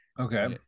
okay